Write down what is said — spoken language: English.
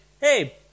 hey